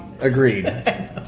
agreed